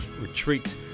retreat